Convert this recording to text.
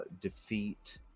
defeat